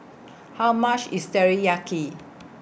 How much IS Teriyaki